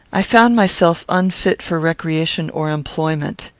i found myself unfit for recreation or employment.